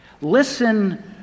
listen